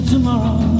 Tomorrow